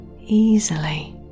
easily